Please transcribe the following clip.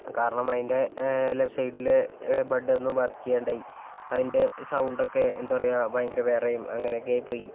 കാരണം അതിൻ്റെ ലെഫ്റ്റ് സൈഡിലെ ബഡ്ഡ് ഒന്നും വർക്ക് ചെയ്യാണ്ടായി അതിൻ്റെ സൗണ്ട് ഒക്കെ എന്താ പറയുക ഭയങ്കര വിറയലും അങ്ങനെ ഒക്കെ ആയിപ്പോയി